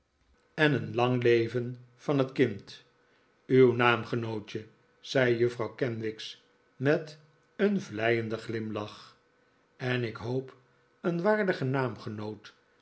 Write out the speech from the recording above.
en een lang leven van het kind uw naamgenootje zei juffrouw kenwigs met een vleienden glimlach en ik hoop een waardige